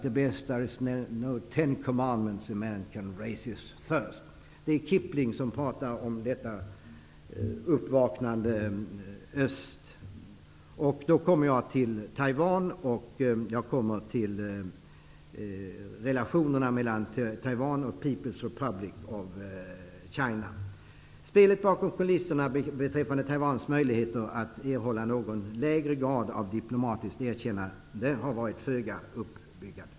Det är R Kipling som pratar om detta uppvaknande när det gäller Öst. Så kommer jag till relationerna mellan Taiwan och Peoples Republic of China. Spelet bakom kulisserna när det gäller Taiwans möjligheter att erhålla någon lägre grad av dipomatiskt erkännande har varit föga uppbyggande.